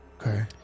Okay